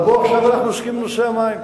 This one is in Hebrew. אבל כרגע אנחנו עוסקים בנושא המים.